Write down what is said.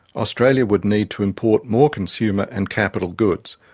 australia would need to import more consumer and capital goods,